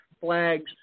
flags